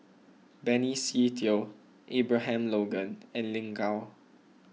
Benny Se Teo Abraham Logan and Lin Gao